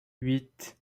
huit